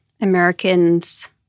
Americans